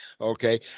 Okay